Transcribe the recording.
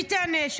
שמעתי את ביטן,